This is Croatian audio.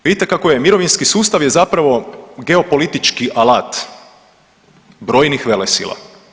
Vidite kako je, mirovinski sustav je zapravo geopolitički alat brojnih velesila.